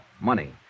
money